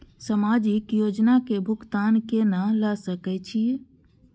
समाजिक योजना के भुगतान केना ल सके छिऐ?